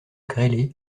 grêlé